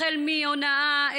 החל מהונאה,